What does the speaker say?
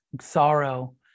sorrow